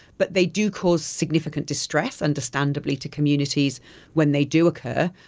but they do cause significant distress, understandably, to communities when they do occur.